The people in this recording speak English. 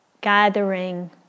gathering